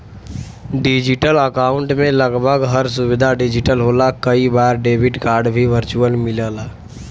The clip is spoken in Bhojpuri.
डिजिटल अकाउंट में लगभग हर सुविधा डिजिटल होला कई बार डेबिट कार्ड भी वर्चुअल मिलला